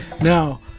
Now